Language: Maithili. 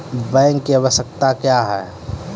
बैंक की आवश्यकता क्या हैं?